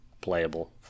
playable